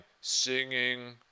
singing